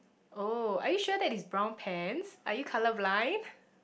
oh are you sure that is brown pants are you colourblind